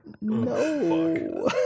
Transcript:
No